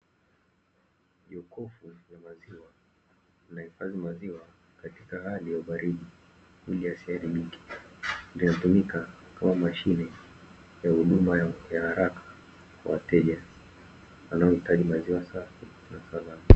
Jokofu la maziwa linahifadhi maziwa katika hali ya baridi ili yasiharibike, inayotumika kama mashine ya huduma ya haraka kwa wateja wanaohitaji maziwa safi na salama.